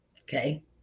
Okay